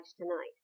tonight